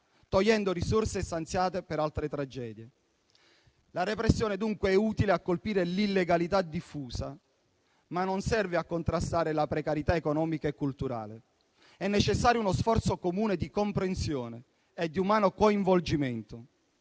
togliendo risorse stanziate per altre tragedie. La repressione, dunque, è utile a colpire l'illegalità diffusa, ma non serve a contrastare la precarietà economica e culturale. È necessario uno sforzo comune di comprensione e di umano coinvolgimento.